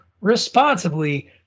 responsibly